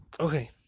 Okay